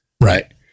Right